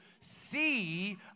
See